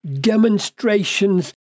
demonstrations